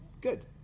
Good